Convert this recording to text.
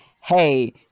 hey